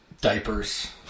Diapers